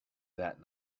that